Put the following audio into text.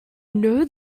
know